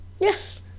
Yes